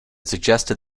suggested